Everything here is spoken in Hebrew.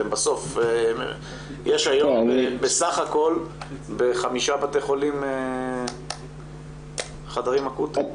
בסוף יש היום בסך הכל בשישה בתי חולים חדרים אקוטיים.